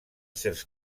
certs